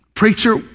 Preacher